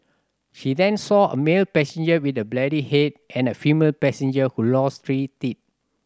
she then saw a male passenger with a bloodied head and a female passenger who lost three teeth